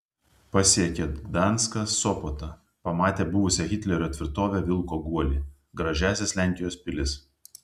pasiekia gdanską sopotą pamatė buvusią hitlerio tvirtovę vilko guolį gražiąsias lenkijos pilis